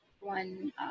one